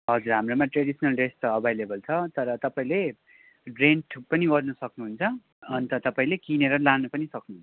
हजुर हाम्रामा traditional dress त अभाइलेबल छ तर तपाईँले रेन्ट पनि गर्न सक्नुहुन्छ अन्त तपाईँले किनेर लानु पनि सक्नुहुन्छ